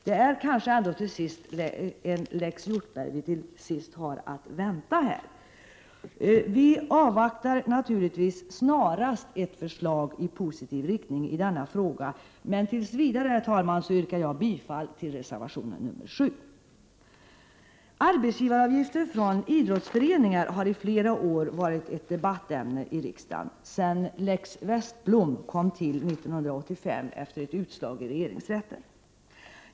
Det är kanske ändå en lex Hjortberg som vi har att vänta här. Vi avvaktar naturligtvis snarast ett förslag i positiv riktning i denna fråga. Men tills vidare, herr tälman, yrkar jag bifall till reservation nr 7. Arbetsgivaravgifter från idrottsföreningar har i flera år varit ett debattämne i riksdagen sedan lex Westblom kom till 1985 efter ett utslag i regeringsrätten.